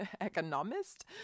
economist